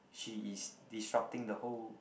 she is disrupting the whole